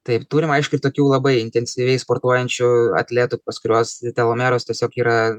taip turim aišku ir tokių labai intensyviai sportuojančių atletų pas kuriuos telomeras tiesiog yra